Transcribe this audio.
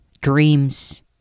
dreams